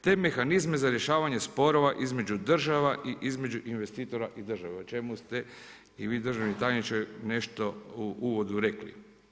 Te mehanizme za rješavanje sporova između država i između investitora i država, o čemu ste i vi državni tajniče nešto u uvodu rekli.